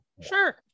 sure